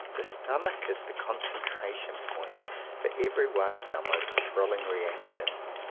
the stomach is the concentration-point for every one of our most thrilling reactions.